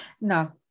No